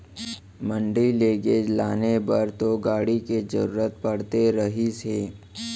मंडी लेगे लाने बर तो गाड़ी के जरुरत पड़ते रहिस हे